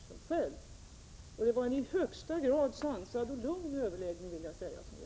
Jag vill tillägga att det var en i högsta grad sansad och lugn överläggning som vi hade.